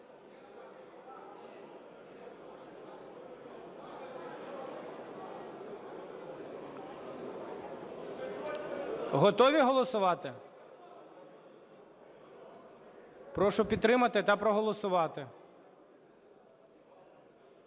Готові голосувати? Прошу підтримати та проголосувати.